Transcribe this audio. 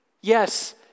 Yes